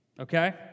Okay